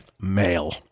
male